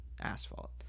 asphalt